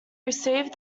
received